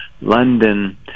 London